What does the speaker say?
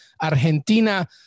Argentina